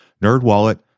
Nerdwallet